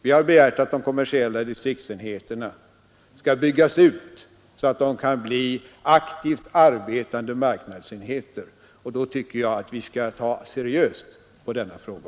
Vi har begärt att de kommersiella distriktsenheterna skall byggas ut så att de kan bli aktivt arbetande marknadsenheter. Då tycker jag att vi skall ta seriöst också på denna fråga.